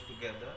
together